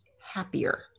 happier